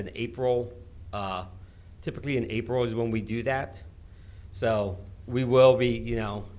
in april typically in april is when we do that so we will be you know